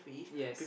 yes